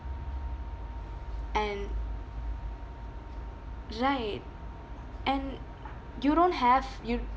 and right and you don't have you